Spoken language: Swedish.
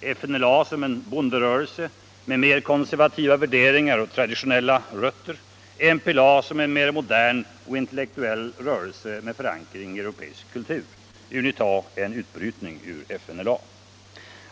FNLA som en bonderörelse med mer konservativa värderingar och traditionella rötter, MPLA som en mer modern och intellektuell rörelse med förankring i europeisk kultur. UNITA är en utbrytning ur FNLA.